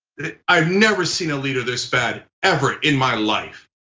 i've never seen a leader this bad, ever in my life.